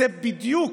זה בדיוק,